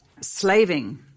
slaving